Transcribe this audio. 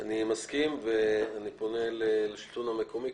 אני מסכים ואני פונה לשלטון המקומי.